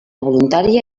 voluntària